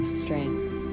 strength